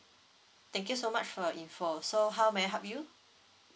thank you so much for your info so how may I help you